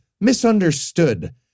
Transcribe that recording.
misunderstood